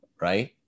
right